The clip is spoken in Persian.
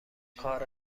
کار